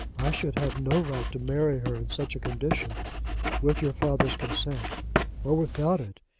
i should have no right to marry her in such a condition with your father's consent or without it.